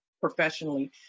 professionally